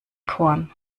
korn